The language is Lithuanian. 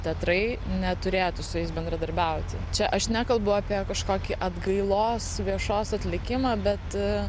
teatrai neturėtų su jais bendradarbiauti čia aš nekalbu apie kažkokį atgailos viešos atlikimą bet